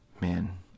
man